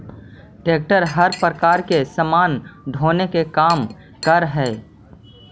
tractor हर प्रकार के सामान ढोवे के काम करऽ हई